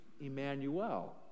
Emmanuel